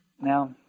Now